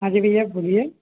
हाँ जी भईया बोलिए